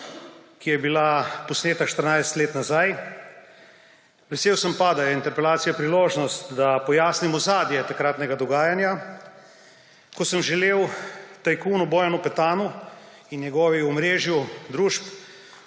ki so bili posneti 14 let nazaj. Vesel sem pa, da je interpelacija priložnost, da pojasnim ozadje takratnega dogajanja, ko sem želel tajkunu Bojanu Petanu in njegovemu omrežju družb